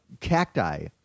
cacti